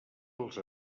els